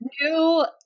New